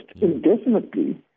indefinitely